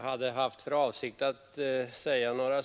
Herr talman!